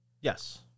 Yes